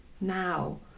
now